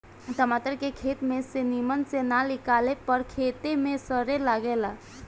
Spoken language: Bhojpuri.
टमाटर के खेत में से निमन से ना निकाले पर खेते में सड़े लगेला